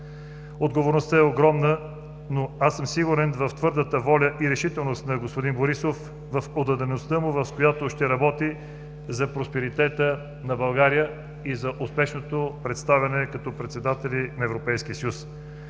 Отговорността е огромна, но аз съм сигурен в твърдата воля и решителност на господин Борисов, в отдадеността му, с която ще работи за просперитета на България и за успешното представяне като председатели на Европейския съюз.